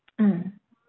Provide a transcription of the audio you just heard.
mm